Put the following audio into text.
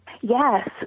Yes